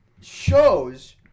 shows